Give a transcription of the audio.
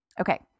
Okay